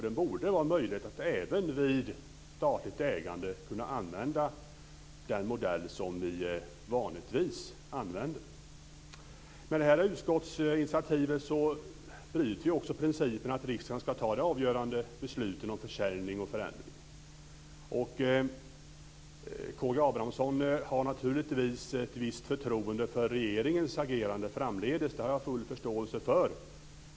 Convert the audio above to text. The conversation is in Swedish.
Det borde vara möjligt att även vid statligt ägande använda den modell som vi vanligtvis använder. Med det här utskottsinitiativet bryter vi också principen att riksdagen ska fatta de avgörande besluten om försäljning och förändring. K G Abramsson har naturligtvis ett visst förtroende för regeringens agerande framdeles, det har jag full förståelse för.